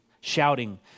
shouting